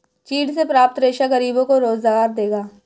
चीड़ से प्राप्त रेशा गरीबों को रोजगार देगा